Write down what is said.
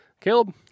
Caleb